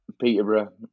Peterborough